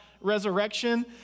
resurrection